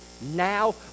now